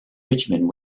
richmond